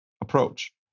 approach